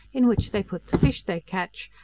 in which they put the fish they catch,